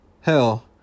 Hell